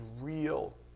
real